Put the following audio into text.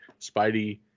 Spidey